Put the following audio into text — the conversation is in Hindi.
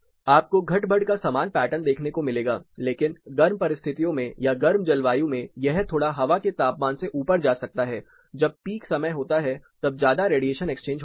आपको घट बढ़ का समान पैटर्न देखने को मिलेगा लेकिन गर्म परिस्थितियों में या गर्म जलवायु में यह थोड़ा हवा के तापमान से ऊपर जा सकता है जब पीक समय होता है तब ज्यादा रेडिएशन एक्सचेंज होता है